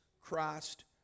Christ